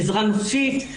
עזרה נפשית,